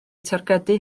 targedu